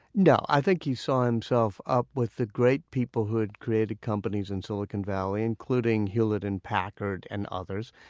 no. i think he saw himself up with the great people who had created companies in silicon valley, including hewlett and packard and others.